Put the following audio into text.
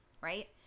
right